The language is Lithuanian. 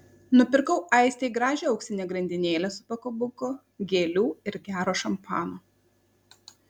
nupirkau aistei gražią auksinę grandinėlę su pakabuku gėlių ir gero šampano